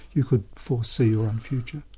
you could foresee your own future.